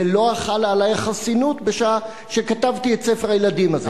ולא חלה עלי החסינות בשעה שכתבתי את ספר הילדים הזה.